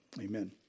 Amen